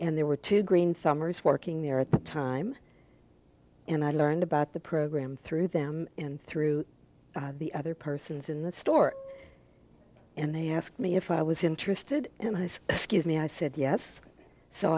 and there were two green summers working there at the time and i learned about the program through them and through the other persons in the store and they asked me if i was interested in me i said yes so